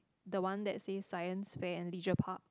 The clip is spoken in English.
the one that says science fair and leisure park